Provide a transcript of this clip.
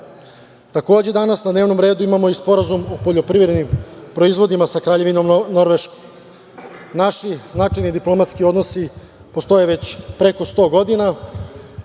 danas na dnevnom redu imamo i Sporazum o poljoprivrednim proizvodima sa Kraljevinom Norveškom. Naši značajni diplomatski odnosi postoje već preko 100 godina.